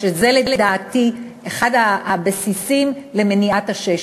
שזה לדעתי אחד הבסיסים למניעת עששת,